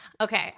Okay